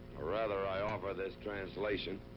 or rather i offer this translation.